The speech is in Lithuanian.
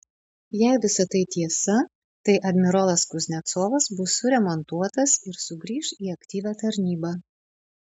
jei visa tai tiesa tai admirolas kuznecovas bus suremontuotas ir sugrįš į aktyvią tarnybą